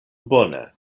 bone